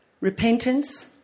repentance